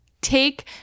take